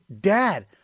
Dad